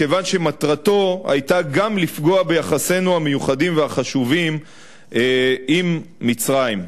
כיוון שמטרתו היתה גם לפגוע ביחסינו המיוחדים והחשובים עם מצרים.